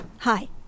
Hi